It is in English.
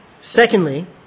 Secondly